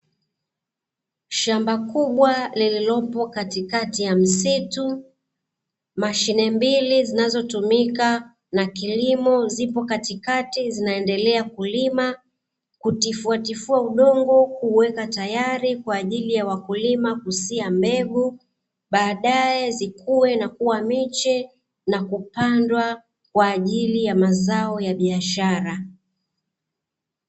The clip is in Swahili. Shamba kubwa lililopo katikati ya msitu, mashine mbili zinazo tumika na kilimo zipo katikati zinaendelea kulima kutifua tifua udongo kuweka tayari kwajili ya wakulima kusia mbegu. Baadae zikuwe na kuwa miche na kupandwa kwajili ya mazao ya biashara.